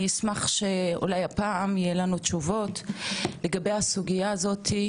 אני אשמח שאולי הפעם יהיו לנו תשובות לגבי הסוגייה הזאת,